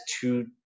two